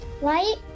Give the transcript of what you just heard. right